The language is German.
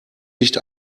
nicht